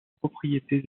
propriétés